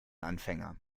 anfänger